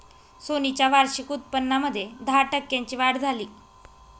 Sony च्या वार्षिक उत्पन्नामध्ये दहा टक्क्यांची वाढ झाली